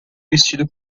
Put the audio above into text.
vestido